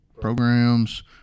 programs